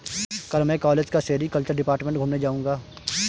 कल मैं कॉलेज का सेरीकल्चर डिपार्टमेंट घूमने जाऊंगा